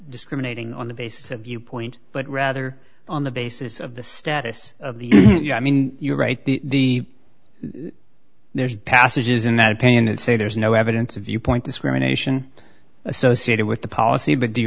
discriminating on the basis of viewpoint but rather on the basis of the status of the you know i mean you're right the there's passages in that opinion that say there's no evidence of viewpoint discrimination associated with the policy but do you